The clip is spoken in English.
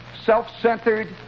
self-centered